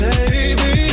Baby